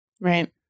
Right